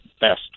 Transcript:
best